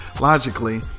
logically